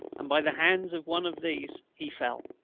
and by the hands of one of these he fell.